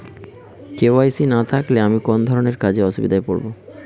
KYC না থাকলে আমি কোন কোন ধরনের কাজে অসুবিধায় পড়ব?